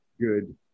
good